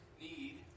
need